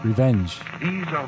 Revenge